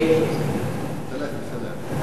נא להצביע.